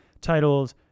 Titled